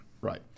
Right